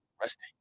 resting